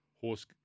Horse